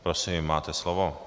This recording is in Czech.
Prosím, máte slovo.